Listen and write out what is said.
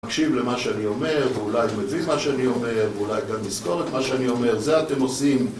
מקשיב למה שאני אומר, ואולי מבין מה שאני אומר, ואולי גם לזכור את מה שאני אומר, זה אתם עושים